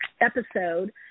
episode